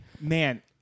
man